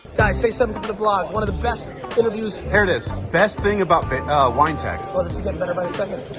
say something for the vlog. one of the best interviews here it is, best thing about the winetext oh, this is getting better by the second.